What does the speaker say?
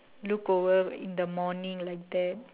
look over in the morning like that